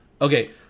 Okay